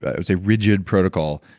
i'd say, rigid protocol